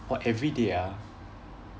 !wah! everyday ah